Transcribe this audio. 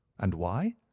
and why?